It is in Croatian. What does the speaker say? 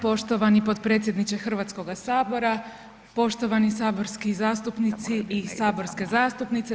Poštovani potpredsjedniče Hrvatskoga sabora, poštovani saborski zastupnici i saborske zastupnici.